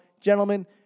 Gentlemen